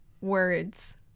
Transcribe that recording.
words